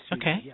Okay